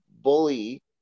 bully